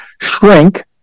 shrink